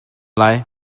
lai